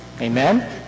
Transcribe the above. Amen